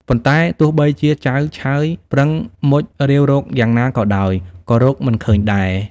ប៉ុន្តែទោះបីជាចៅឆើយប្រឹងមុជរាវរកយ៉ាងណាក៏ដោយ ក៏រកមិនឃើញដែរ ។